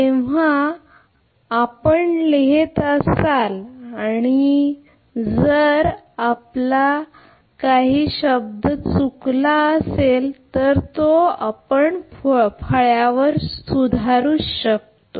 जेव्हा आपण लिहित असाल आणि जर आपला काही शब्द लगेच चुकला असेल तर तेव्हा तो फळ्यावर सुधारू शकतो